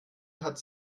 hat